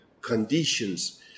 conditions